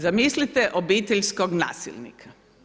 Zamislite obiteljskog nasilnika.